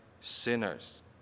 sinners